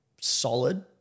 Solid